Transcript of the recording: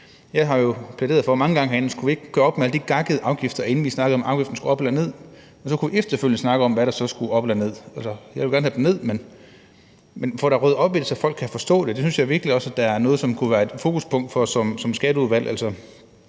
herinde plæderet for, at vi skulle gøre op med alle de gakkede afgifter herinde, inden vi snakkede om, om afgifterne skulle op eller ned. Og så kunne vi efterfølgende snakke om, hvad der så skulle op eller ned. Jeg vil gerne have dem ned, men lad os da få ryddet op i det, så folk kan forstå det. Det synes jeg virkelig også er noget, der kunne være et fokuspunkt for os i Skatteudvalget.